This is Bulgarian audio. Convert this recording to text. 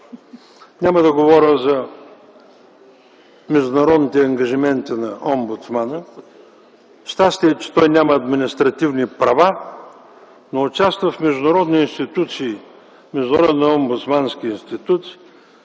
Няма да говоря за международните ангажименти на омбудсмана. Щастие е, че той няма административни права, но участва в международни институции, международни омбудсмански институции,